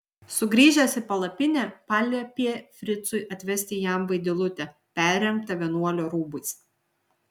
sugrįžęs į palapinę paliepė fricui atvesti jam vaidilutę perrengtą vienuolio rūbais